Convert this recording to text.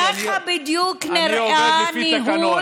ככה בדיוק נראה ניהול המגפה.